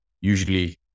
usually